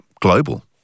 global